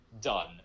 Done